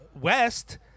West